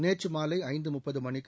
நேற்று மாலை ஐந்து முப்பது மணிக்கு